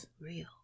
real